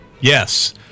Yes